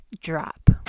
drop